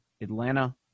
Atlanta